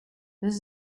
this